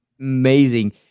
amazing